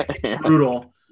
brutal